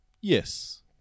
Yes